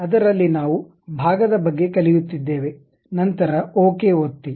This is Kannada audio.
ಅದರಲ್ಲಿ ನಾವು ಭಾಗದ ಬಗ್ಗೆ ಕಲಿಯುತ್ತಿದ್ದೇವೆ ನಂತರ ಓಕೆ ಒತ್ತಿ